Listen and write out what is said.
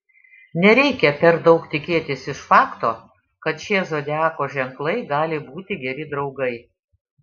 nereikia per daug tikėtis iš fakto kad šie zodiako ženklai gali būti geri draugai